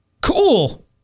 Cool